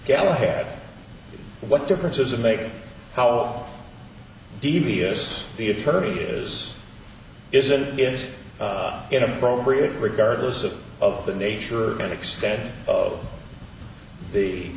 galahad what difference does it make how all devious the attorney is isn't it inappropriate regardless of of the nature and extent of the